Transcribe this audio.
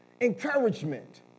encouragement